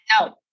No